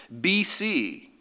bc